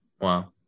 Wow